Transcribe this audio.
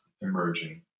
emerging